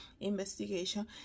investigation